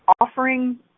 Offering